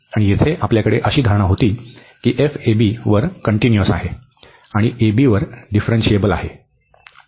आणि येथे आपल्याकडे अशी धारणा होती की f a b वर कन्टीन्युअस आहे आणि a b वर डिफ्रन्शीयेबल आहे